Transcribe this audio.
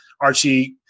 Archie